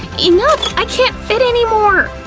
enough! i can't fit anymore!